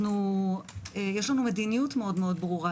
יש לנו מדיניות מאוד ברורה.